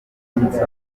spencer